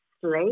sleep